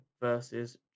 versus